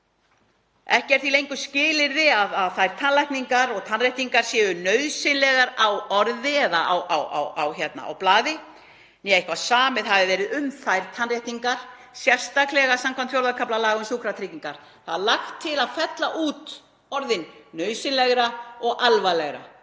Ekki er því lengur skilyrði að þær tannlækningar og tannréttingar séu nauðsynlegar í orði eða á blaði, né að samið hafi verið um þær tannréttingar sérstaklega samkvæmt IV. kafla laga um sjúkratryggingar. Lagt er til að fella út orðin „nauðsynlegra“ og „alvarlegra“